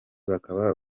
bakaba